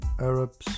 Arabs